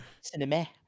Cinema